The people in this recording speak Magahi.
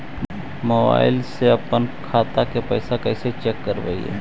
मोबाईल से अपन खाता के पैसा कैसे चेक करबई?